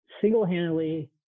single-handedly